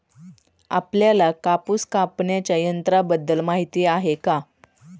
आपल्याला कापूस कापण्याच्या यंत्राबद्दल माहीती आहे का?